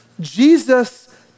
Jesus